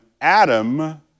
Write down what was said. Adam